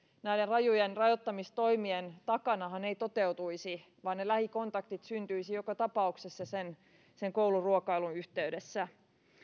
näiden rajujen rajoittamistoimien takana ei toteutuisi vaan ne lähikontaktit syntyisivät joka tapauksessa sen sen kouluruokailun yhteydessä